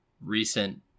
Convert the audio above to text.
recent